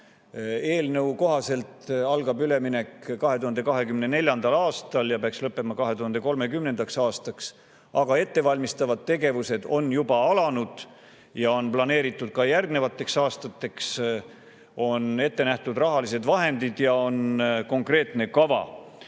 saame. Eelnõu kohaselt algab üleminek 2024. aastal ja peaks lõppema 2030. aastaks, aga ettevalmistavad tegevused on juba alanud ja on planeeritud ka järgnevateks aastateks. On ette nähtud rahalised vahendid ja on konkreetne kava.